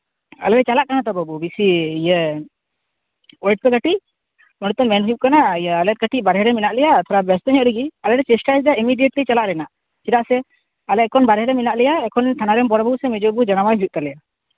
ᱟᱞᱮ ᱞᱮ ᱪᱟᱞᱟᱜ ᱠᱟᱱᱟ ᱛᱚ ᱵᱟᱹᱵᱩ ᱵᱮᱥᱤ ᱤᱭᱟᱹ ᱳᱭᱮᱴ ᱯᱮ ᱠᱟᱹᱴᱤᱡ ᱯᱚᱨᱮᱛᱮ ᱢᱮᱱ ᱦᱩᱭᱩᱜ ᱠᱟᱱᱟ ᱟᱞᱮ ᱠᱟᱹᱴᱤᱡ ᱵᱟᱦᱨᱮ ᱨᱮ ᱢᱮᱱᱟᱜ ᱞᱮᱭᱟ ᱛᱷᱚᱲᱟ ᱵᱮᱥᱛᱚ ᱧᱚᱜ ᱨᱮᱜᱮ ᱟᱞᱮ ᱞᱮ ᱪᱮᱥᱴᱟᱭᱮᱫᱟ ᱤᱢᱤᱰᱤᱭᱮᱴᱞᱤ ᱪᱟᱞᱟᱜ ᱨᱮᱱᱟᱜ ᱪᱮᱫᱟᱜ ᱥᱮ ᱟᱞᱮ ᱮᱠᱷᱚᱱ ᱵᱟᱦᱨᱮ ᱨᱮ ᱢᱮᱱᱟᱜ ᱞᱮᱭᱟ ᱮᱠᱷᱚᱱ ᱛᱷᱟᱱᱟ ᱨᱮᱱ ᱵᱚᱲᱚ ᱵᱟᱹᱵᱩ ᱥᱮᱮ ᱢᱮᱡᱳ ᱵᱟᱹᱵᱩ ᱡᱟᱱᱟᱣ ᱟᱭ ᱦᱩᱭᱩᱜ ᱛᱟᱞᱮᱭᱟ